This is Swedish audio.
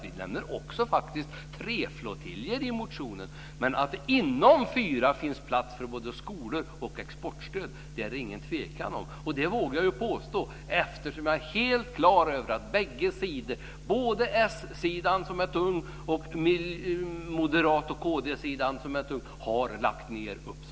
Vi nämner faktiskt också tre flottiljer i motionen. Men att det inom fyra finns plats för både skolor och exportstöd är det ingen tvekan om. Det vågar jag påstå eftersom jag är helt klar över att bägge sidor, både s-sidan som är tung och m och kd-sidan som är tung, vill lägga ned i